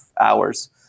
hours